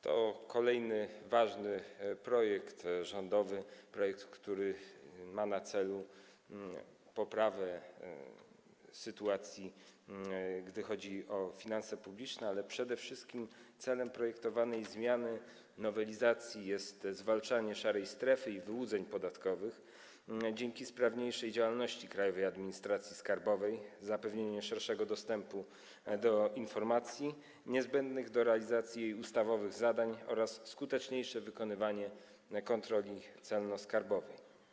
To kolejny ważny projekt rządowy - projekt, który ma na celu poprawę sytuacji, jeśli chodzi o finanse publiczne, ale przede wszystkim celem projektowanej zmiany, nowelizacji jest zwalczanie szarej strefy i wyłudzeń podatkowych dzięki sprawniejszej działalności Krajowej Administracji Skarbowej, zapewnienie szerszego dostępu do informacji niezbędnych do realizacji przez nią ustawowych zadań oraz skuteczniejsze wykonywanie kontroli celno-skarbowej.